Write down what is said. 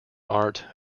art